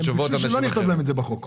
הם ביקשו שלא נכתוב להם את זה בחוק.